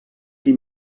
qui